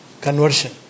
conversion